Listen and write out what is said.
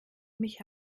mich